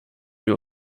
wir